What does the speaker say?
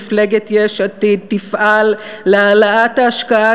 מפלגת יש עתיד תפעל להעלאת ההשקעה